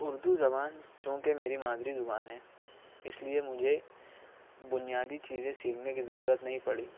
اردو زبان چونکہ میری مادری زبان ہے اس لیے مجھے بنیادی چیزیں سیکھنے کی ضرورت نہیں پڑی